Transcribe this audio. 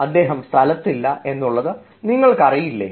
അദ്ദേഹം സ്ഥലത്തില്ല എന്നുള്ളത് നിങ്ങൾക്ക് അറിയില്ലേ